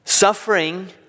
Suffering